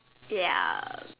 ya